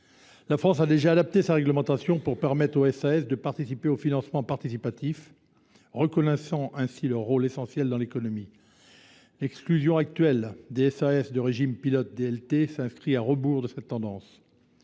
La France a déjà adapté sa réglementation pour permettre aux SAS de participer au financement participatif, reconnaissant ainsi leur rôle essentiel dans l’économie. L’exclusion actuelle des SAS du régime pilote DLT va à l’encontre de cette tendance.